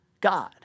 God